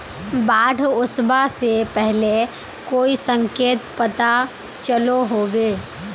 बाढ़ ओसबा से पहले कोई संकेत पता चलो होबे?